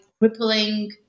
rippling